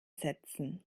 setzen